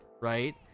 right